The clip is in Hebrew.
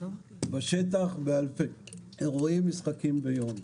בשטח, באלפי אירועים ומשחקים ביום.